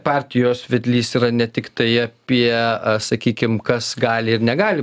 partijos vedlys yra ne tiktai apie sakykim kas gali ir negali